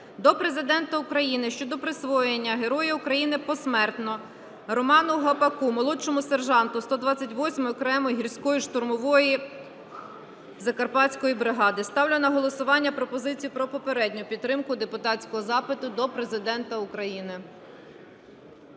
до Президента України щодо присвоєння Героя України (посмертно) Роману Гапаку, молодшому сержанту 128-ї окремої гірсько-штурмової Закарпатської бригади. Ставлю на голосування пропозицію про попередню підтримку депутатського запиту до Президента України.